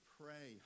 pray